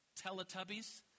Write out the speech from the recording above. Teletubbies